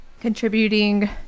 contributing